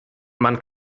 man